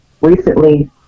recently